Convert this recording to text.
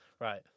Right